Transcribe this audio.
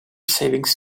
savings